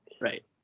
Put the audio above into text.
right